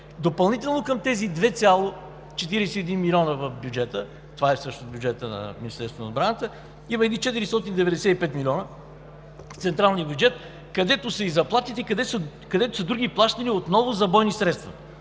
Допълнително към тези 2,41 милиона в бюджета, това е всъщност бюджетът на Министерството на отбраната, има едни 495 милиона в централния бюджет, където са заплатите, където са други плащания отново за бойни средства.